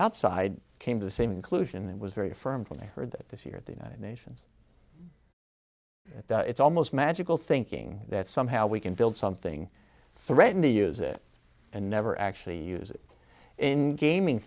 outside came to the same conclusion and was very firm when they heard that this year at the united nations it's almost magical thinking that somehow we can build something threaten to use it and never actually use it in gaming